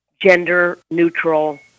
gender-neutral